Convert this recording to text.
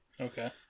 Okay